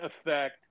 affect